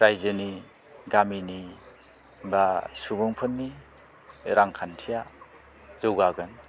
रायजोनि गामिनि बा सुबंफोरनि रांखान्थिआ जौगागोन